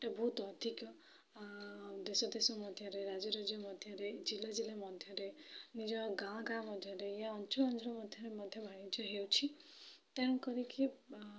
ଗୋଟେ ବହୁତ ଅଧିକ ଦେଶ ଦେଶ ମଧ୍ୟରେ ରାଜ୍ୟ ରାଜ୍ୟ ମଧ୍ୟରେ ଜିଲ୍ଲା ଜିଲ୍ଲା ମଧ୍ୟରେ ନିଜ ଗାଁ ଗାଁ ମଧ୍ୟରେ ୟା ଅଞ୍ଚଳ ଅଞ୍ଚଳ ମଧ୍ୟରେ ମଧ୍ୟ ବାଣିଜ୍ୟ ହେଉଛି ତେଣୁ କରିକି